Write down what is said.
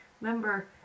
remember